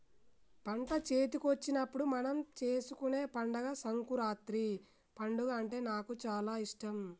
పంట చేతికొచ్చినప్పుడు మనం చేసుకునే పండుగ సంకురాత్రి పండుగ అంటే నాకు చాల ఇష్టం